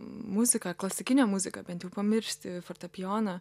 muziką klasikinę muziką bent jau pamiršti fortepijoną